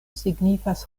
signifas